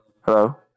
Hello